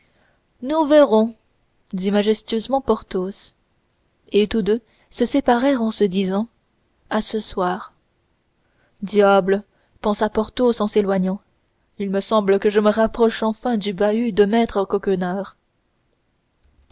nous verrons dit majestueusement porthos et tous deux se séparèrent en se disant à ce soir diable pensa porthos en s'éloignant il me semble que je me rapproche enfin du bahut de maître